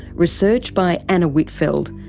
research by anna whitfeld,